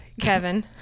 Kevin